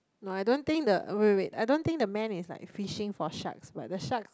no I don't think the wait wait I don't think the man is like fishing for sharks like the shark